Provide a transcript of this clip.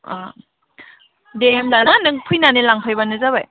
अ दे होमब्ला ना नों फैनानै लांफैब्लानो जाबाय